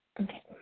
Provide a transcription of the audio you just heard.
Okay